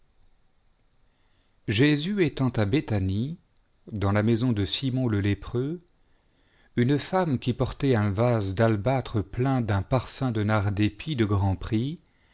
jésus étant à béthanie dans la maison de simon le lépreux une femme qui portait un vase d'albâtre plein d'un parfum de nard d'épi de grand prix